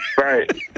Right